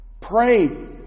Pray